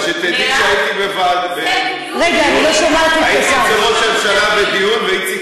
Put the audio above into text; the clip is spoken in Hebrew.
אבל שתדעי שהייתי אצל ראש הממשלה בדיון ואיציק